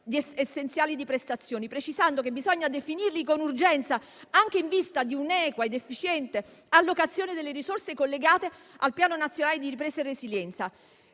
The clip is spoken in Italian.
essenziali delle prestazioni, (LEP) precisando che bisogna definirli con urgenza, anche in vista di un'equa ed efficiente allocazione delle risorse collegate al Piano nazionale di ripresa e resilienza.